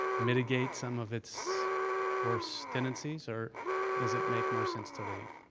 mitigate some of its worst tendencies, or does it make more sense to leave?